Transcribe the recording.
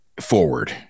forward